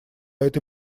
этой